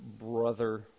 brother